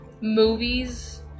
movies